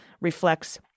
reflects